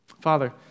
Father